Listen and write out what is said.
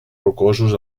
rocosos